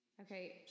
Okay